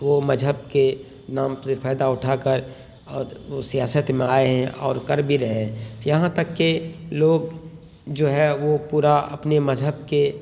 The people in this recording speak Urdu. وہ مذہب کے نام سے فائدہ اٹھا کر اور وہ سیاست میں آئے ہیں اور کر بھی رہے ہیں یہاں تک کہ لوگ جو ہے وہ پورا اپنے مذہب کے